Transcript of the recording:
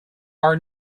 are